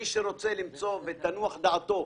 ממה שאני למדה ולמדתי בימים האחרונים,